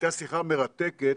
הייתה שיחה מרתקת